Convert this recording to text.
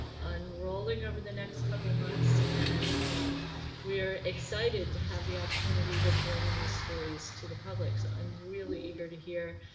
unrolling over the next couple months and we are excited to have the opportunity to bring these stories to the public, so i'm really eager to hear,